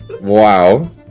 Wow